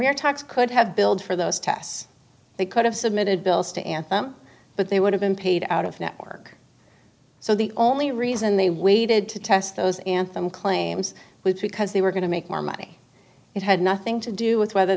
or talks could have billed for those tests they could have submitted bills to but they would have been paid out of network so the only reason they waited to test those anthem claims with because they were going to make more money it had nothing to do with whether